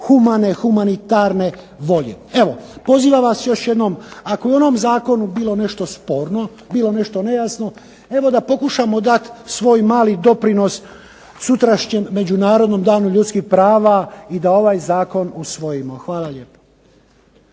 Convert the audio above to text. humane, humanitarne volje. Evo, pozivam vas još jednom ako je u onom zakonu bilo nešto sporno, bilo nešto nejasno, evo da pokušamo dati svoj mali doprinos sutrašnjem Međunarodnom danu ljudskih prava i da ovaj zakon usvojimo. Hvala lijepo.